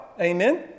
Amen